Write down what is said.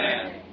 Amen